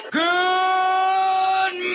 good